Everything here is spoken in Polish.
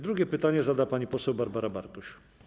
Drugie pytanie zada pani poseł Barbara Bartuś.